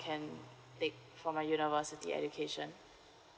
can take for my university education